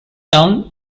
town